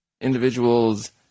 individuals